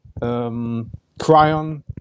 Cryon